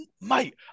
mate